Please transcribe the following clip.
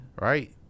right